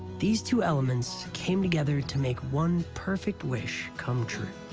these two elements came together to make one perfect wish come true.